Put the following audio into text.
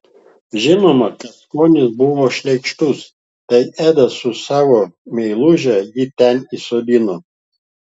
žinoma kad skonis buvo šleikštus tai edas su savo meiluže jį ten įsodino